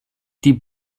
die